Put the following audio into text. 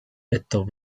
estos